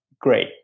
great